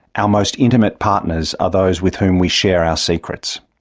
our most intimate partners are those with whom we share our secrets.